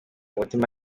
mutima